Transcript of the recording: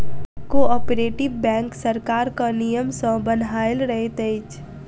cooperative bank सरकारक नियम सॅ बन्हायल रहैत अछि